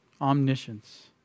Omniscience